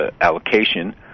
allocation